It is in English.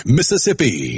Mississippi